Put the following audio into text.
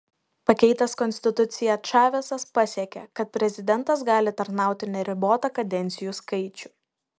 pakeitęs konstituciją čavesas pasiekė kad prezidentas gali tarnauti neribotą kadencijų skaičių